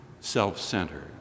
self-centered